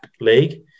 league